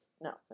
No